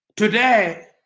Today